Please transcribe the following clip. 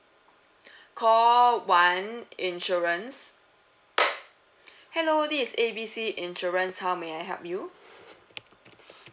call one insurance hello this is A B C insurance how may I help you